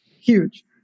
huge